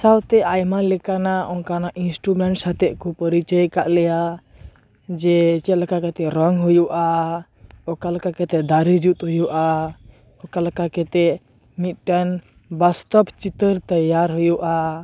ᱥᱟᱶᱛᱮ ᱟᱭᱢᱟ ᱞᱮᱠᱟᱱᱟᱜ ᱚᱱᱠᱟᱱᱟᱜ ᱤᱱᱥᱴᱩᱢᱮᱱᱴ ᱥᱟᱛᱮᱜ ᱠᱚ ᱯᱚᱨᱤᱪᱚᱭ ᱟᱠᱟᱫ ᱞᱮᱭᱟ ᱡᱮ ᱪᱮᱫ ᱞᱮᱠᱟ ᱠᱟᱛᱮᱜ ᱨᱚᱝ ᱦᱩᱭᱩᱜᱼᱟ ᱚᱠᱟ ᱞᱮᱠᱟ ᱠᱟᱛᱮᱜ ᱫᱟᱨᱮ ᱡᱩᱛ ᱦᱩᱭᱩᱜᱼᱟ ᱚᱠᱟ ᱞᱮᱠᱟᱛᱮᱫ ᱢᱤᱫᱴᱟᱝ ᱵᱟᱥᱛᱚᱵ ᱪᱤᱛᱟᱹᱨ ᱛᱮᱭᱟᱨ ᱦᱩᱭᱩᱜᱼᱟ